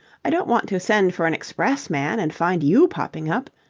i don't want to send for an express-man and find you popping up.